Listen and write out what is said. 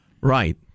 Right